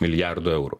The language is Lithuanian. milijardo eurų